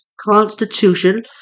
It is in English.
Constitution